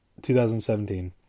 2017